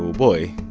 boy.